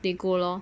they go lor